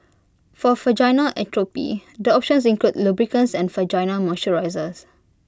for vaginal atrophy the options include lubricants and vaginal moisturisers